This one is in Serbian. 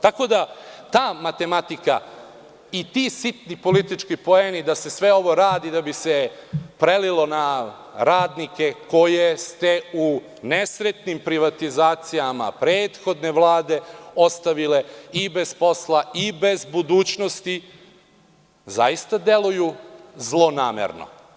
Tako da ta, matematika i ti sitni politički poeni da se sve ovo radi da bi se prelilo na radnike koje ste u nesretnim privatizacijama prethodne Vlade ostavile i bez posla i bez budućnosti, zaista deluju zlonamerno.